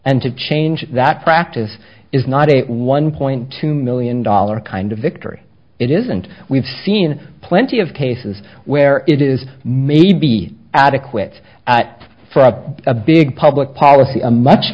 and to change that practice is not a one point two million dollar kind of victory it isn't we've seen plenty of cases where it is maybe adequate for a big public policy a much